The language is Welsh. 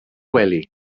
wely